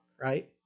right